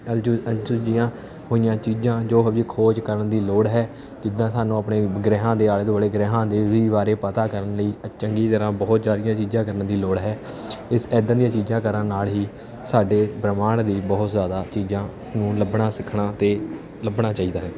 ਅਣਸੁ ਅਣਸੁਲਝੀਆ ਹੋਈਆ ਚੀਜ਼ਾਂ ਜੋ ਹਜੇ ਖੋਜ ਕਰਨ ਦੀ ਲੋੜ ਹੈ ਜਿੱਦਾਂ ਸਾਨੂੰ ਆਪਣੇ ਗ੍ਰਹਿਆਂ ਦੇ ਆਲੇ ਦੁਆਲੇ ਗ੍ਰਹਿਆਂ ਦੀ ਵੀ ਬਾਰੇ ਪਤਾ ਕਰਨ ਲਈ ਚੰਗੀ ਤਰ੍ਹਾਂ ਬਹੁਤ ਸਾਰੀਆਂ ਚੀਜ਼ਾਂ ਕਰਨ ਦੀ ਲੋੜ ਹੈ ਇਸ ਇੱਦਾਂ ਦੀਆਂ ਚੀਜ਼ਾਂ ਕਰਨ ਨਾਲ ਹੀ ਸਾਡੇ ਬ੍ਰਹਿਮੰਡ ਲਈ ਬਹੁਤ ਜ਼ਿਆਦਾ ਚੀਜ਼ਾਂ ਨੂੰ ਲੱਭਣਾ ਸਿੱਖਣਾ ਅਤੇ ਲੱਭਣਾ ਚਾਹੀਦਾ ਹੈ